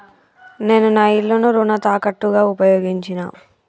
నేను నా ఇల్లును రుణ తాకట్టుగా ఉపయోగించినా